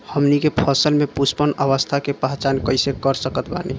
हमनी के फसल में पुष्पन अवस्था के पहचान कइसे कर सकत बानी?